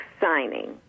signing